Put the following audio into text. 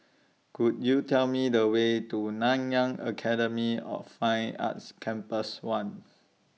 Could YOU Tell Me The Way to Nanyang Academy of Fine Arts Campus one